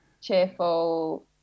cheerful